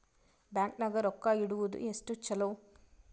Bank ನಾಗ ರೊಕ್ಕ ಇಡುವುದು ಎಷ್ಟು ಚಲೋ?